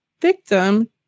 victim